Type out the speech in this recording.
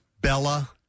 Bella